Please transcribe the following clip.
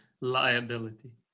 liability